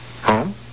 Home